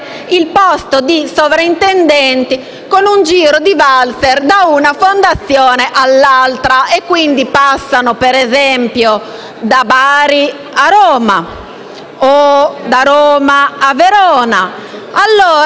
il posto di sovrintendente con un giro di valzer da una fondazione all'altra, passando, per esempio, da Bari a Roma o da Roma a Verona.